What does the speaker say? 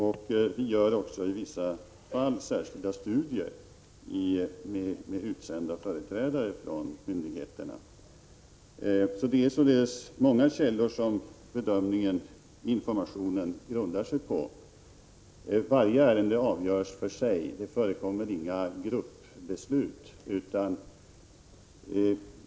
Vi gör också i vissa fall särskilda studier genom utsända företrädare för myndigheterna. Det är således information från många källor som bedömningen grundas på. Varje ärende avgörs för sig — det förekommer inga gruppbeslut.